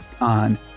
on